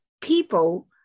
people